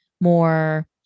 more